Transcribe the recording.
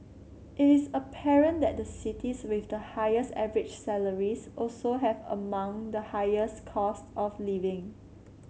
it is apparent that the cities with the highest average salaries also have among the highest cost of living